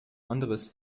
anderes